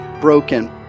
broken